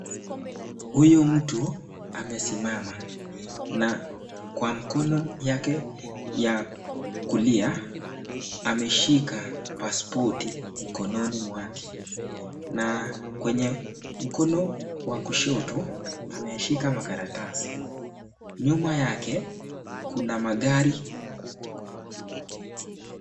Huyu mtu amesimama na kwa mkono yake ya kulia ameshika paspoti mkononi mwake, na kwenye mkono wa kushoto ameshika makaratasi. Nyuma yake kuna magari.